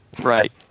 Right